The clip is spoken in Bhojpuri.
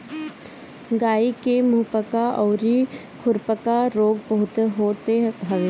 गाई के मुंहपका अउरी खुरपका रोग बहुते होते हवे